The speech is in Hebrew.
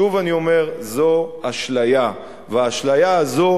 שוב אני אומר: זו אשליה, ולאשליה הזאת